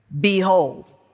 Behold